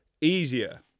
easier